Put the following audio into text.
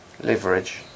Leverage